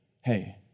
hey